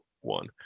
one